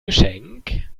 geschenk